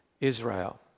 Israel